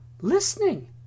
listening